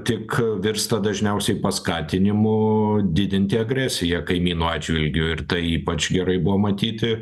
tik virsta dažniausiai paskatinimu didinti agresiją kaimynų atžvilgiu ir tai ypač gerai buvo matyti